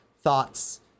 thoughts